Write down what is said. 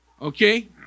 Okay